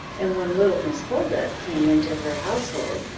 and when little miss holdup came into her household,